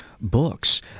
books